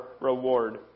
reward